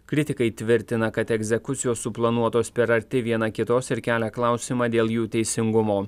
kritikai tvirtina kad egzekucijos suplanuotos per arti viena kitos ir kelia klausimą dėl jų teisingumo